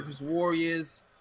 Warriors